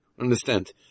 Understand